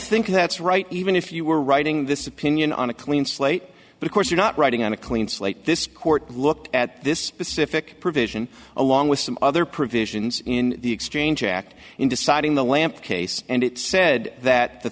think that's right even if you were writing this opinion on a clean slate but of course you're not writing on a clean slate this court looked at this specific provision along with some other provisions in the exchange act in deciding the lamp case and it said that the